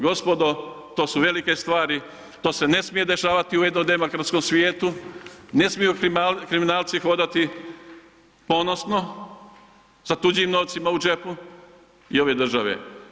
Gospodo to su velike stvari, to se ne smije dešavati u jednom demokratskom svijetu, ne smiju kriminalci hodati ponosno sa tuđim novcima u džepu i ove države.